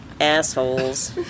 Assholes